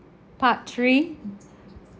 part three